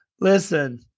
Listen